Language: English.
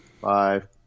five